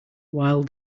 while